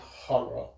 horror